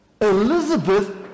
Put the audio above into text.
Elizabeth